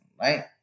Right